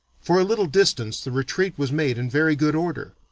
for a little distance the retreat was made in very good order,